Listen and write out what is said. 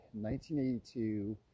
1982